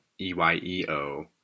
E-Y-E-O